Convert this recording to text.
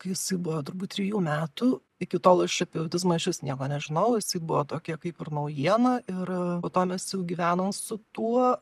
kai jisai buvo turbūt trijų metų iki tol aš čia apie autizmą išvis nieko nežinojau jisai buvo tokia kaip ir naujiena ir po to mes jau gyvenom su tuo